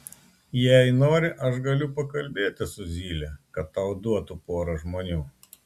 jei nori aš galiu pakalbėti su zyle kad tau duotų porą žmonių